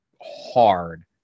hard